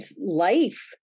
life